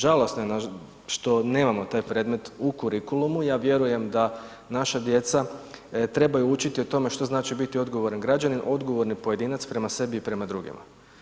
Žalosno je što nemamo taj predmet u kurikulumu, ja vjerujem da naša djeca trebaju učiti o tome što znači biti odgovoran građanin, odgovorni pojedinac prema sebi i prema drugima.